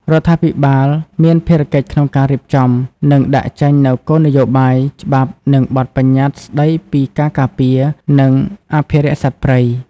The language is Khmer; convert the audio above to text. រដ្ឋាភិបាលមានភារកិច្ចក្នុងការរៀបចំ និងដាក់ចេញនូវគោលនយោបាយ ច្បាប់ និងបទប្បញ្ញត្តិស្តីពីការការពារ និងអភិរក្សសត្វព្រៃ។